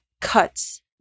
cuts